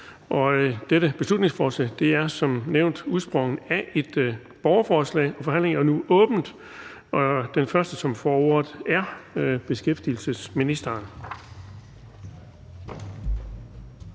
Dette beslutningsforslag er udsprunget af et borgerforslag. Forhandlingen er nu åbnet. Den første, som får ordet, er beskæftigelsesministeren.